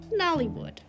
Nollywood